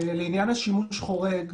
לעניין השימוש החורג.